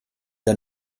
der